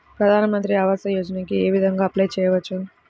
ప్రధాన మంత్రి ఆవాసయోజనకి ఏ విధంగా అప్లే చెయ్యవచ్చు?